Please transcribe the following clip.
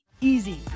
easy